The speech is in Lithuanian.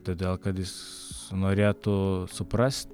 todėl kad jis norėtų suprast